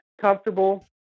comfortable